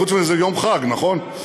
חוץ מזה, יום חג, נכון?